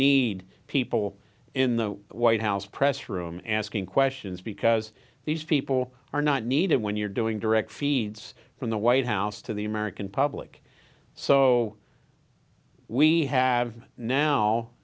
need people in the white house press room asking questions because these people are not needed when you're doing direct feeds from the white house to the american public so we have now